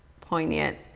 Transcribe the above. poignant